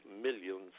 millions